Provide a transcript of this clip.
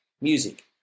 music